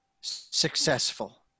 successful